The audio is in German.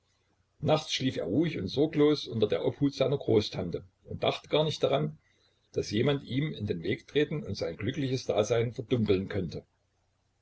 nachts schlief er ruhig und sorglos unter der obhut seiner großtante und dachte gar nicht daran daß jemand ihm in den weg treten und sein glückliches dasein verdunkeln könnte